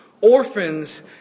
orphans